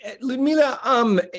Ludmila